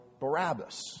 Barabbas